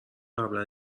قبلا